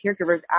Caregivers